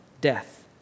death